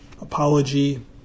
apology